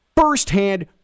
firsthand